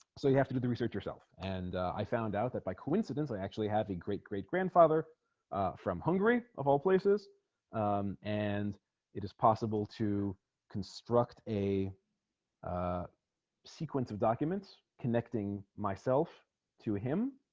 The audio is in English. so you have to do the research yourself and i found out that by coincidence i actually had a great-great grandfather from hungary of all places and it is possible to construct a sequence of documents connecting myself to him